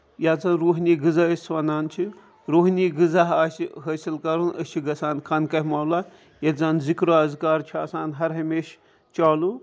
یَتھ زَن رُہٲنی غزہ أسۍ وَنان چھِ رُحٲنی غزہ آسہِ حٲصِل کرُن أسۍ چھِ گژھان خان کہہ موالہ ییٚتہِ زَن زِکرو اَزکار چھِ آسان ہر ہَمیشہٕ چالوٗ